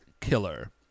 killer